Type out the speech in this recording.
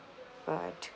but